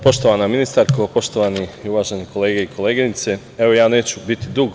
Poštovana ministarko, poštovane i uvažene kolege i koleginice, neću biti dug.